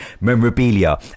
memorabilia